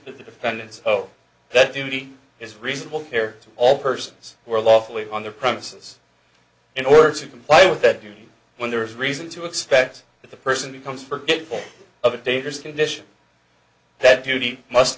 the defendant's oh that duty is reasonable care to all persons who are lawfully on the premises in order to comply with that duty when there is reason to expect that the person becomes forgetful of a dangerous condition that duty must